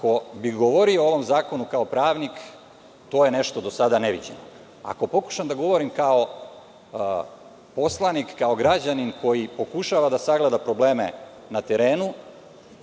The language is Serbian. Ako bih govorio o ovom zakonu kao pravnik, to je nešto do sada neviđeno. Ako pokušam da govorim kao poslanik, kao građanin koji pokušava da sagleda probleme na terenu,